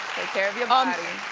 care of your body.